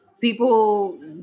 people